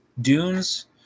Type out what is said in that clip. dunes